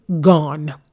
gone